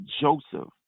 Joseph